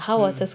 mm